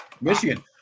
Michigan